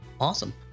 Awesome